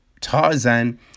Tarzan